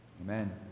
Amen